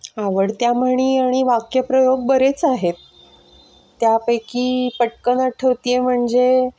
आवडत्या म्हणी आणि वाक्यप्रयोग बरेच आहेत त्यापैकी पटकन आठवते आहे म्हणजे